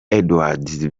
edwards